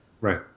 Right